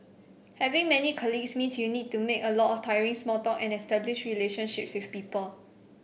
having many colleagues means you need to make a lot of tiring small talk and establish relationships with people